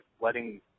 letting